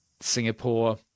Singapore